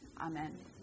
Amen